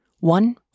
One